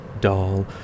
doll